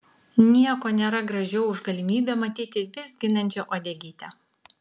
nieko nėra gražiau už galimybę matyti vizginančią uodegytę